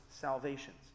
salvations